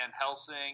Helsing